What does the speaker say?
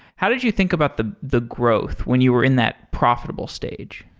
how did you think about the the growth when you were in that profitable stage?